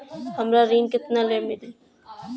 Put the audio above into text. हमरा ऋण केतना ले मिली?